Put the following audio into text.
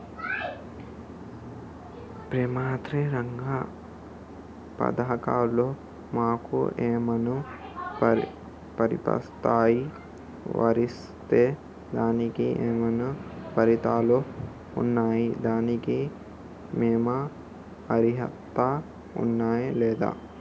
ప్రభుత్వ రంగ పథకాలు మాకు ఏమైనా వర్తిస్తాయా? వర్తిస్తే దానికి ఏమైనా షరతులు ఉన్నాయా? దానికి మేము అర్హత ఉన్నామా లేదా?